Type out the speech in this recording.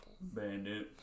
Bandit